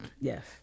yes